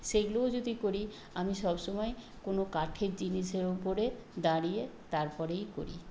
সেগুলোও যদি করি আমি সব সময় কোনো কাঠের জিনিসের ওপরে দাঁড়িয়ে তারপরেই করি